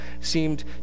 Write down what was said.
seemed